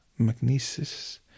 Magnesis